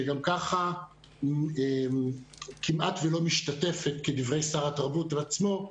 שגם ככה כמעט לא משתתפת, כדברי שר התרבות עצמו,